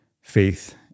faith